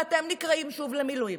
ואתם נקראים שוב למילואים.